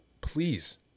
please